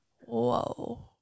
Whoa